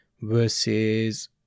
versus